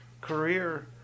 career